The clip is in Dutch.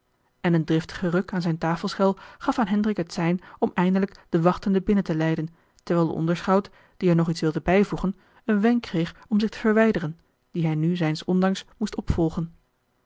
en een driftige ruk aan zijne tafelschel gaf aan hendrik het sein om eindelijk den wachtende binnen te leiden terwijl de onderschout die er nog iets wilde bijvoegen een wenk kreeg om zich te verwijderen dien hij nu zijns ondanks moest opvolgen